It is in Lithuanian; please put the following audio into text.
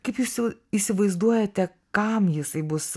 kaip jūs jau įsivaizduojate kam jisai bus